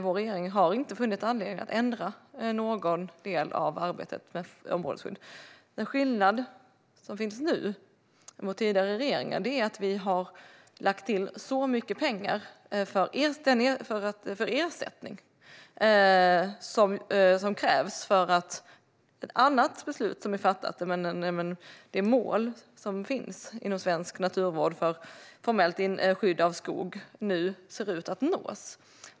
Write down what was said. Vår regering har inte funnit anledning att ändra någon del av arbetet med områdesskydd. Skillnaden nu jämfört med under den tidigare regeringen är att vi har lagt till så mycket pengar för ersättning som krävs för ett annat beslut som är fattat. Det innebär att det mål för formellt skydd av skog som finns inom svensk naturvård nu ser ut att nås.